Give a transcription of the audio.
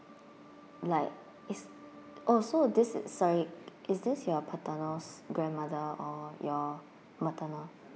like it's oh so this is sorry is this your paternal's grandmother or your maternal